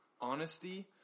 Honesty